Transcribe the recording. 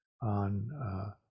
on